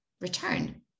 return